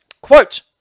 quote